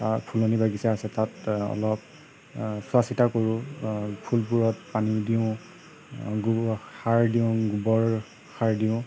তাৰ ফুলনি বাগিচা আছে তাত অলপ চোৱাচিতা কৰোঁ ফুলবোৰত পানী দিওঁ গোবৰ সাৰ দিওঁ গোবৰ সাৰ দিওঁ